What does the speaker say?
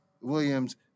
Williams